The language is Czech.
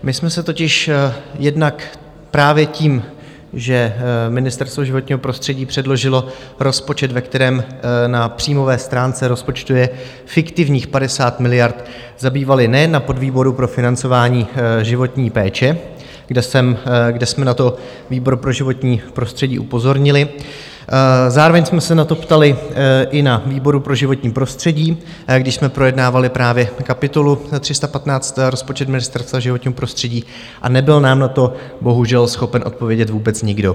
My jsme se totiž jednak právě tím, že Ministerstvo životního prostředí předložilo rozpočet, ve kterém na příjmové stránce rozpočtu je fiktivních 50 miliard, zabývali nejen na podvýboru pro financování životní péče, kde jsme na to výbor pro životní prostředí upozornili, zároveň jsme se na to ptali i na výboru pro životní prostředí, když jsme projednávali právě kapitolu 315, rozpočet Ministerstva životního prostředí, a nebyl nám na to bohužel schopen odpovědět vůbec nikdo.